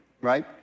right